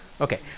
Okay